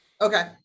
Okay